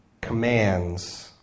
commands